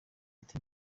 ati